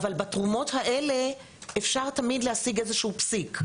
בתרומות האלה אפשר תמיד להשיג איזה שהוא פסיק,